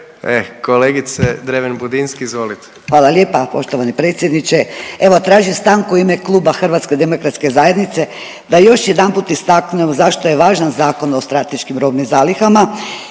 Hvala lijepa poštovani predsjedniče.